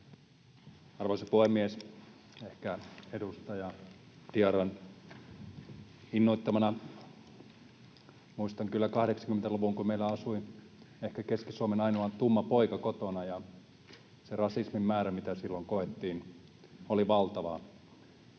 Arvoisa puhemies! Ehkä edustaja Diarran innoittamana: Muistan kyllä 80-luvun, kun meillä asui ehkä Keski-Suomen ainoa tumma poika kotona, ja se rasismin määrä, mitä silloin koettiin, oli valtava.